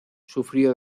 sufrió